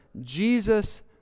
Jesus